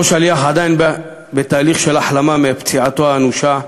אותו שליח עדיין בתהליך של החלמה מפציעתו האנושה.